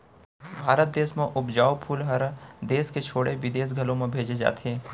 भारत देस म उपजाए फूल हर देस के छोड़े बिदेस घलौ म भेजे जाथे